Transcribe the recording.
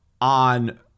on